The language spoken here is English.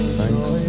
thanks